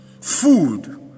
food